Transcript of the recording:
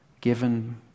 given